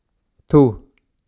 two